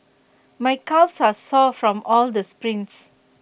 my calves are sore from all the sprints